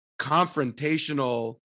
confrontational